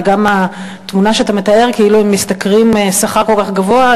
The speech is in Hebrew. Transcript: וגם התמונה שאתה מתאר כאילו הם משתכרים שכר כל כך גבוה,